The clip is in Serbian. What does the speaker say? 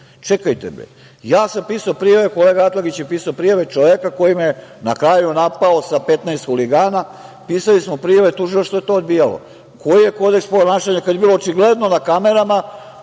bre, ja sam pisao prijave, kolega Atlagić je pisao prijave čoveka koji me je na kraju napao sa 15 huligana, pisali smo prijave, Tužilaštvo je to odbijalo. Koji je kodeks ponašanja kada je bilo očigledno na kamerama